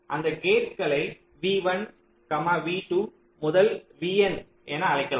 அந்த கேட்களை v1 v2 முதல் vn என அழைக்கலாம்